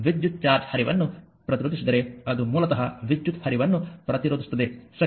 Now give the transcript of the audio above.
ವಿದ್ಯುತ್ ಚಾರ್ಜ್ನ ಹರಿವನ್ನು ಪ್ರತಿರೋಧಿಸಿದರೆ ಅದು ಮೂಲತಃ ವಿದ್ಯುತ್ ಹರಿವನ್ನು ಪ್ರತಿರೋಧಿಸುತ್ತದೆ ಸರಿ